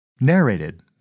Narrated